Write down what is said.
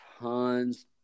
tons